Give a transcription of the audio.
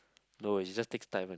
no is just takes time only